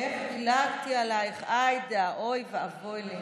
איך דילגתי עלייך, עאידה, אוי ואבוי לי.